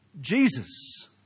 Jesus